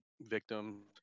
victims